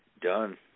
done